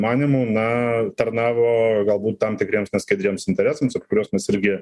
manymu na tarnavo galbūt tam tikriems neskaidriems interesams apie kurios mes irgi